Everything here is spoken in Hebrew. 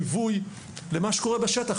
ליווי למה שקורה בשטח.